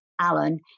Alan